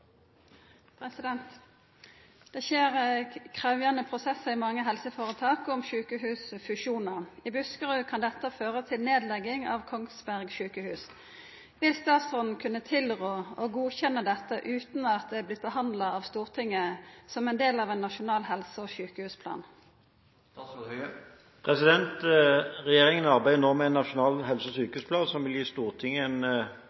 det er blitt behandla av Stortinget som ein del av ein nasjonal helse- og sjukehusplan?» Regjeringen arbeider nå med en nasjonal helse- og sykehusplan som vil